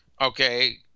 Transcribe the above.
okay